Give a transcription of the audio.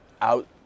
out